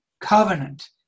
covenant